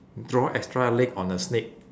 draw extra leg on a snake